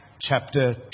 chapter